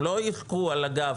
הם לא יבכו על הגב.